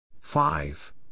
Five